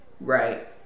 right